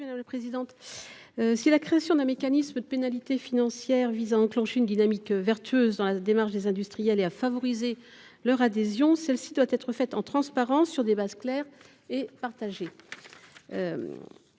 est à Mme la rapporteure. Si la création d’un mécanisme de pénalité financière vise à enclencher une dynamique vertueuse dans la démarche des industriels et à favoriser leur adhésion, celle ci doit être faite en toute transparence, sur des bases claires et partagées.